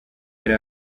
yari